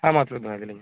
ᱦᱮ ᱢᱟ ᱛᱚᱵᱮ ᱫᱚᱦᱚᱭ ᱫᱟᱹᱞᱤᱧ